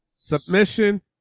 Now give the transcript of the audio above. submission